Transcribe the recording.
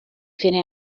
fine